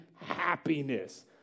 happiness